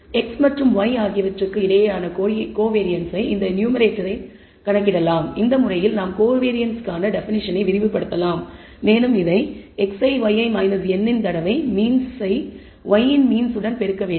x மற்றும் y ஆகியவற்றுக்கு இடையேயான கோவேரியன்ன்ஸை இந்த நியூமேரேட்டர் கணக்கிடலாம் இந்த முறையில் நாம் கோவேரியன்க்கான டெபினிஷனை விரிவுபடுத்தலாம் மேலும் இதை xi yi n இன் தடவை மீன்ஸை y இன் மீன்ஸ் உடன் பெருக்க வேண்டும்